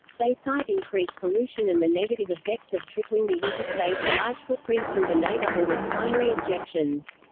they cite increased pollution and the negative effects of tripling the interstates large footprint through the neighborhood as primary objections.